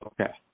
Okay